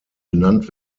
benannt